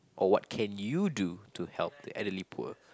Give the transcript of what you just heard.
or what can you do to help the elderly poor